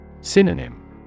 Synonym